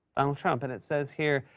donald trump. and it says here,